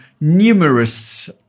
numerous